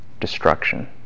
destruction